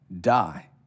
die